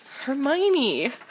Hermione